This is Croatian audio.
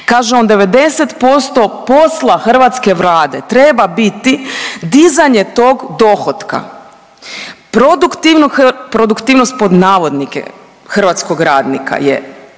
Kaže on 90% posla hrvatske Vlade treba biti dizanje tog dohotka. Produktivnost pod navodnike hrvatskog radnika je